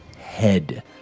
head